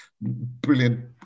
brilliant